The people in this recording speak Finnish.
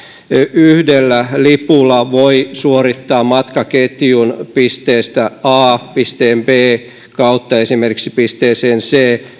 yhdellä lipulla voi suorittaa matkaketjun pisteestä a pisteen b kautta esimerkiksi pisteeseen c